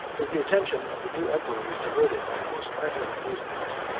as the attention of the new emperor was diverted by the most trifling amusements,